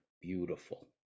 beautiful